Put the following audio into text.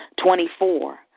Twenty-four